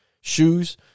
shoes